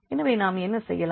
எனவே நாம் என்ன செய்யலாம்